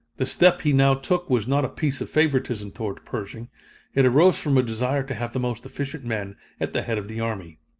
the step he now took was not a piece of favoritism toward pershing it arose from a desire to have the most efficient men at the head of the army.